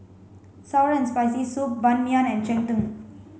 sour and spicy soup Ban Mian and Cheng Tng